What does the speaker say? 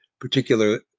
particular